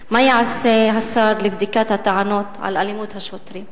3. מה יעשה השר לבדיקת הטענות על אלימות השוטרים?